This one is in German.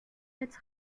als